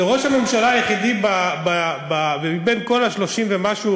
זה ראש הממשלה היחידי מבין כל ה-30 ומשהו,